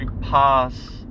pass